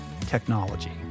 technology